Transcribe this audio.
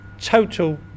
total